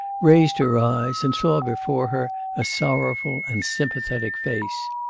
raised her eyes, and saw before her a sorrowful and sympathetic face.